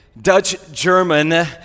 Dutch-German